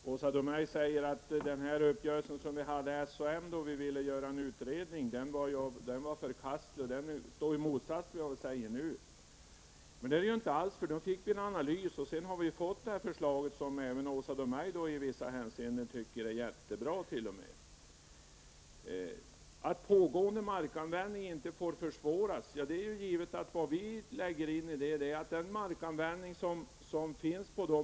Herr talman! Åsa Domeij säger att uppgörelsen mellan socialdemokraterna och moderaterna om en utredning var förkastlig och att den strider mot den uppfattning vi nu har. Men så är det inte alls. Genom den utredningen fick vi nämligen en analys som kunde ligga till grund för det förslag, som även Åsa Domeij tycker är i vissa hänseenden Vad vi avser med förslaget att pågående markanvändning inte får försvåras är de områden där de föreslagna åtgärderna inte behövs, dvs. mark som tillhör skyddsklass 3.